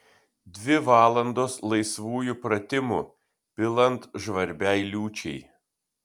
dvi valandos laisvųjų pratimų pilant žvarbiai liūčiai